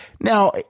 Now